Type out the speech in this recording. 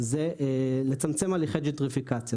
זה לצמצם הליכי ג'נטריפיקציה,